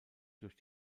durch